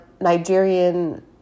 nigerian